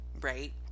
right